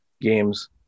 games